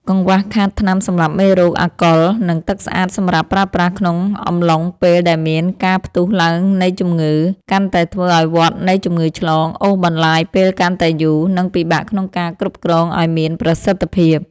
កង្វះខាតថ្នាំសម្លាប់មេរោគ អាល់កុល និងទឹកស្អាតសម្រាប់ប្រើប្រាស់ក្នុងអំឡុងពេលដែលមានការផ្ទុះឡើងនៃជំងឺ កាន់តែធ្វើឱ្យវដ្តនៃជំងឺឆ្លងអូសបន្លាយពេលកាន់តែយូរ និងពិបាកក្នុងការគ្រប់គ្រងឱ្យមានប្រសិទ្ធភាព។